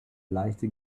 leichte